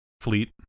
fleet